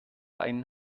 einen